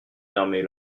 fermez